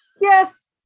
yes